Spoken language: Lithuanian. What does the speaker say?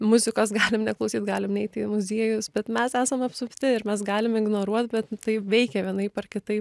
muzikos galim neklausyt galim neiti į muziejus bet mes esam apsupti ir mes galim ignoruot bet tai veikia vienaip ar kitaip